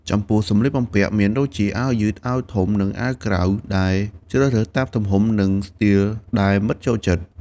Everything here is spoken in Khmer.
ចំពោះសម្លៀកបំពាក់ មានដូចជា អាវយឺត អាវធំ និងអាវក្រៅ ដែលជ្រើសរើសតាមទំហំ និងស្ទីលដែលមិត្តចូលចិត្ត។